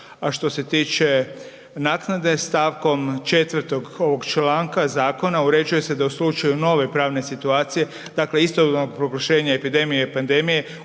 A što se tiče naknade st. 4. ovog članka zakona uređuje se da u slučaju nove pravne situacije, dakle istovremeno proglašenje epidemije i pandemije